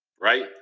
Right